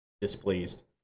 displeased